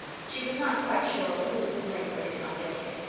she was not quite sure who was to blame for his not getting it,